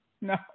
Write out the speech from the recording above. no